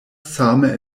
same